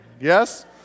yes